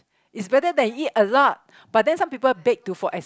is better than eat a lot but then some people bake to for as